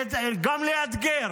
וגם לאתגר.